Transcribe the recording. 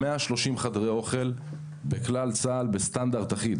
130 חדרי אוכל בכלל צה"ל בסטנדרט אחיד